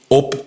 op